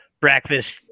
breakfast